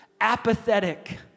apathetic